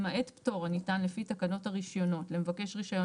למעט פטור הניתן לפי תקנות הרישיונות למבקש רישיון